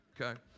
Okay